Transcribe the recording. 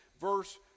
verse